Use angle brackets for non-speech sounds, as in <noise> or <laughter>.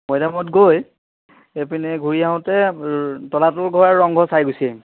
মৈদামত গৈ সেইপিনে ঘূৰি আহোঁতে <unintelligible> তলাতল ঘৰ ৰংঘৰ চাই গুচি আহিম